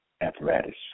apparatus